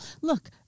look